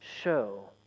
show